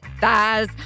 thighs